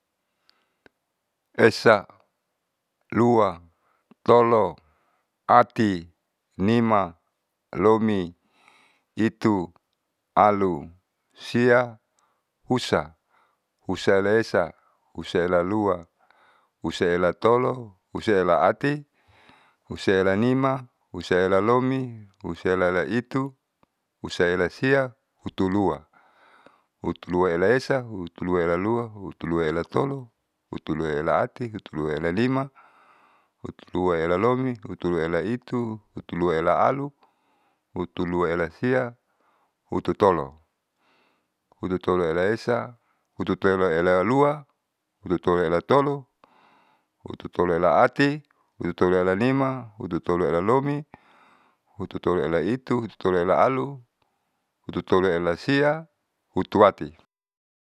Esa lua tolo ati nima lomi itu alu sia husa husaela husaelalua husahetolo husahelati husaelanima husaelalomi husaelaitu husaelasia hutulua hutuluaelaesa hutuluaelalua hutuluaelatolo hutuluaelaati hutuluaelanima hutuluaelalomi hutuluaelaitu hutuluaelaalu hutuluaelasia hututolo hututoloelaesa hututoloelalua hututoloelatolo hututoloelaati hututoloelanima hututoloelalomi hutoloelaitu hututoloelaalu hututoloelasia hutuwati.